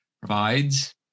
provides